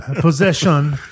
possession